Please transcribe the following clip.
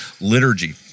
liturgy